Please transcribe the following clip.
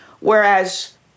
Whereas